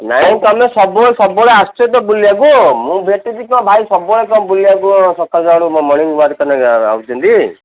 ନାଇଁ ତୁମେ ସବୁ ସବୁବେଳେ ଆସୁଛ ତ ବୁଲିବାକୁ ମୁଁ ଭେଟିବି କ'ଣ ଭାଇ ସବୁବେଳେ ତ ବୁଲିବାକୁ ସକାଳୁ ସକାଳୁ ମର୍ଣ୍ଣଂ ୱାକ୍ ଆସୁଛନ୍ତି